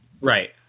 Right